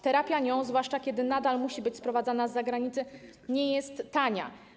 Terapia nią, zwłaszcza kiedy nadal musi być sprowadzana z zagranicy, nie jest tania.